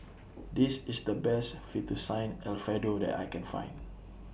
This IS The Best Fettuccine Alfredo that I Can Find